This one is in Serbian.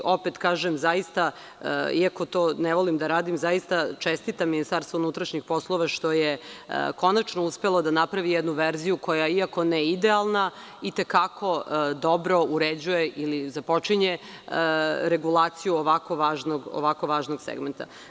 Opet kažem, zaista, iako to ne volim da radim, zaista čestitam Ministarstvu unutrašnjih poslova što je konačno uspelo da napravi jednu verziju koja, iako ne idealna, i te kako dobro uređuje ili započinje regulaciju ovako važnog segmenta.